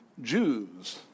Jews